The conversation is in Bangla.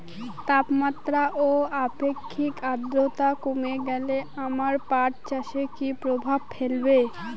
তাপমাত্রা ও আপেক্ষিক আদ্রর্তা কমে গেলে আমার পাট চাষে কী প্রভাব ফেলবে?